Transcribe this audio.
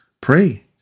pray